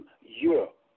Europe